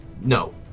No